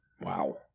Wow